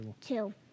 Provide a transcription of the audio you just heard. Two